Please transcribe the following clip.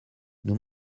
nous